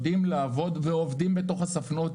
הם יודעים לעבוד ועובדים בתוך הספנות,